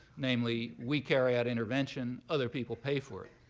namely, we carry out intervention, other people pay for it.